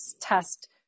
test